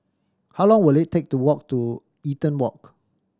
how long will it take to walk to Eaton Walk